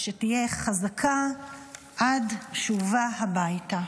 ושתהיה חזקה עד שובה הביתה.